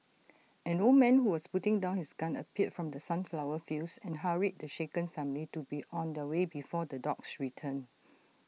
an old man who was putting down his gun appeared from the sunflower fields and hurried the shaken family to be on their way before the dogs return